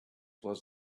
was